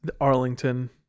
Arlington